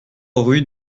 rue